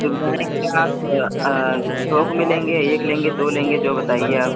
सुविधाएँ क्या आप थोक में लेंगे एक लेंगे दो लेंगे जो बताइए आप